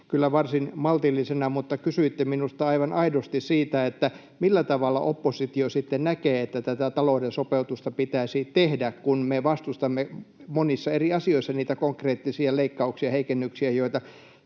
kyllä varsin maltillisena, mutta kysyitte minusta aivan aidosti siitä, että millä tavalla oppositio sitten näkee, että tätä talouden sopeutusta pitäisi tehdä, kun me vastustamme monissa eri asioissa niitä konkreettisia leikkauksia ja heikennyksiä, joita